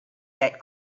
that